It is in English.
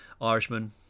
Irishman